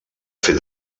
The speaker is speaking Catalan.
fer